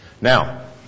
Now